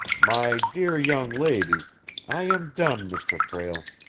my dear young lady i am done, mr. prale.